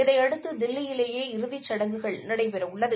இதையடுத்து தில்லியிலேயே இறுதிச் சடங்குகள் நடைபெற உள்ளது